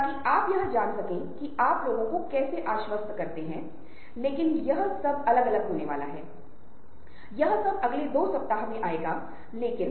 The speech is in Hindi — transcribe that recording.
क्योंकि आप देखते हैं कि उद्धरणों के भीतर समाज नेटवर्किंग के भीतर एक सामान्य स्वस्थ संबंध बहुत आवश्यक है